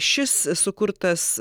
šis sukurtas